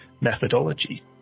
methodology